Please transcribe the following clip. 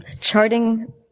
Charting